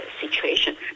situation